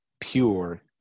pure